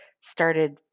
started